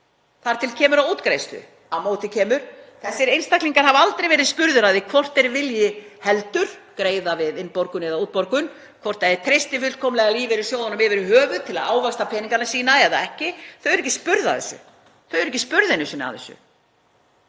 þar til kemur að útgreiðslu. Á móti kemur að þessir einstaklingar hafa aldrei verið spurðir að því hvort þeir vilji heldur greiða við innborgun eða útborgun, hvort þeir treysti fullkomlega lífeyrissjóðunum yfir höfuð til að ávaxta peningana sína eða ekki. Þeir eru ekki spurðir að þessu, þeir eru ekki spurðir einu sinni að þessu.